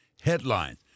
headlines